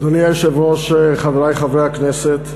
אדוני היושב-ראש, חברי חברי הכנסת,